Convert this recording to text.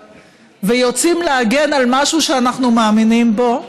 ויוצאים להגן על משהו שאנחנו מאמינים בו,